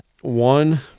one